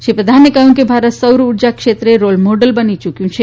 શ્રી પ્રધાને કહ્યુંકે ભારત સૌર ઉર્જાક્ષેત્રે રોલ મોડેલ બનીચૂક્યું છે